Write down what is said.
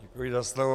Děkuji za slovo.